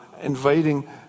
inviting